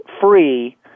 Free